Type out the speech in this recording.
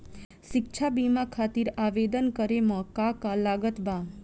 शिक्षा बीमा खातिर आवेदन करे म का का लागत बा?